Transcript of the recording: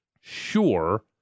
Sure